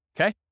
Okay